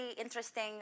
interesting